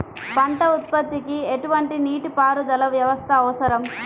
పంట ఉత్పత్తికి ఎటువంటి నీటిపారుదల వ్యవస్థ అవసరం?